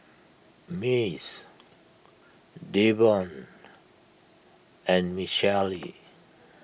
Mace Davon and Michaele